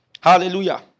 Hallelujah